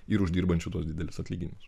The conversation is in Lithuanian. ir uždirbančių tuos didelius atlyginimus